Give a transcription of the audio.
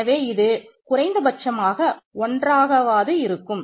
எனவே இது குறைந்தபட்சமாக 1 ஆகவாது இருக்கும்